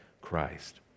Christ